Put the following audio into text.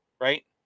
Right